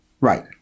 Right